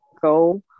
go